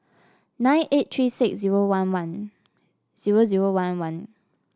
nine eight three six zero one one zero zero one one